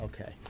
Okay